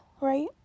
right